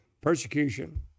persecution